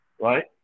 right